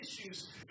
issues